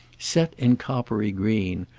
set in coppery green,